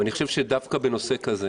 בוודאי, אבל אני חושב שדווקא בנושא כזה